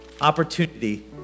opportunity